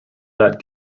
that